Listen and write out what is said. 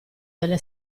delle